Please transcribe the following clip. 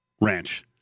ranch